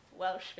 Welsh